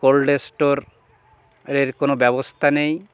cold store এর কোনো ব্যবস্থা নেই